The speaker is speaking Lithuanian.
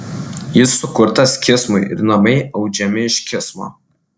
jis sukurtas kismui ir namai audžiami iš kismo